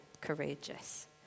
courageous